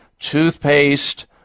toothpaste